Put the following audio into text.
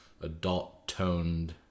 adult-toned